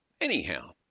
Anyhow